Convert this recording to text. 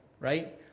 Right